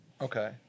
Okay